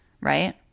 Right